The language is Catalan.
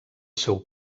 seu